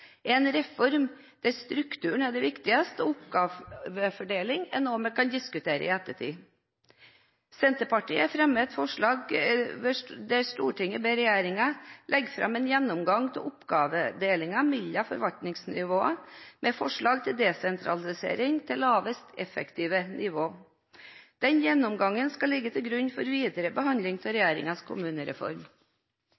en reform der strukturen er det viktigste og oppgavefordeling er noe vi kan diskutere i ettertid. Senterpartiet og Sosialistisk Venstreparti fremmer et forslag der Stortinget ber regjeringen legge fram en gjennomgang av oppgavedelingen mellom forvaltningsnivåene med forslag til desentralisering til laveste effektive nivå. Den gjennomgangen skal ligge til grunn for videre behandling av